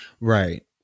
right